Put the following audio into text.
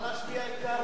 אפשר להשביע את כרמל.